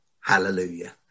hallelujah